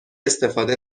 استفاده